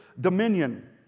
dominion